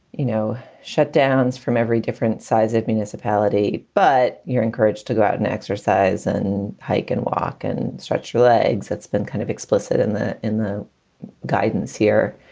you know, shut downs from every different sized municipality. but you're encouraged to go out and exercise and hike and walk and stretch your legs. that's been kind of explicit in the in the guidance here.